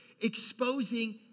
exposing